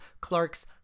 clark's